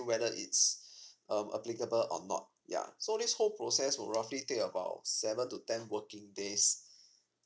whether it's um applicable or not ya so this whole process will roughly take about seven to ten working days